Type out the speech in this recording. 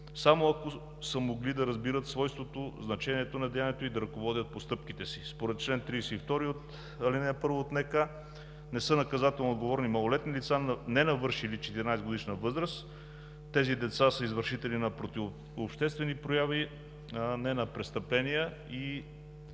само ако са могли да разбират свойството, значението на деянието и да ръководят постъпките си. Според чл. 32, ал. 1 от НК не са наказателноотговорни малолетни лица, ненавършили 14-годишна възраст. Тези деца са извършители на противообществени прояви, а не на престъпления и